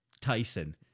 Tyson